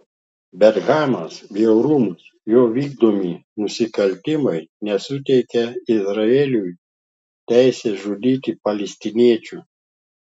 bet hamas bjaurumas jo vykdomi nusikaltimai nesuteikia izraeliui teisės žudyti palestiniečių